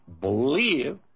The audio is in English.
believe